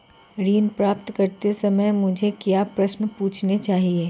ऋण प्राप्त करते समय मुझे क्या प्रश्न पूछने चाहिए?